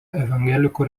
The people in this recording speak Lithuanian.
evangelikų